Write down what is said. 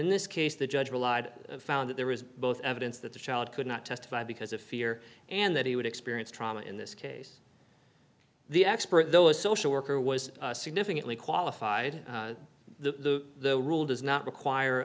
in this case the judge relied found that there was both evidence that the child could not testify because of fear and that he would experience trauma in this case the expert though a social worker was significantly qualified the rule does not require